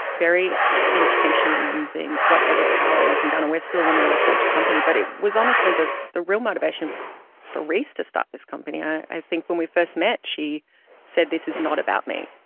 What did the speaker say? intentionally using whatever power we can garner. we're still an early stage company. but it was honestly, the the real motivation for reese to start this company, i think when we first met, she said, this is not about me.